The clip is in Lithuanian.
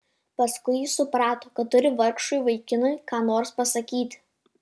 paskui ji suprato kad turi vargšui vaikinui ką nors pasakyti